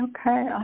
Okay